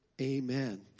amen